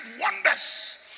wonders